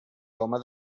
home